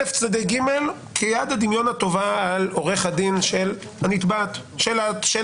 אלף צדדי ג' כיד הדמיון הטובה על עורך הדין של נפגע העבירה.